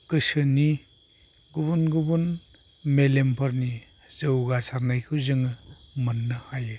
गोसोनि गुबुन गुबुन मेलेमफोरनि जौगासारनायखौ जोङो मोननो हायो